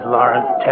Lawrence